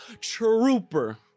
trooper